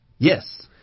Yes